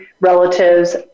relatives